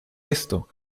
esto